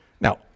Now